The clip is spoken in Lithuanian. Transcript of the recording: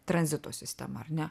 tranzito sistemą ar ne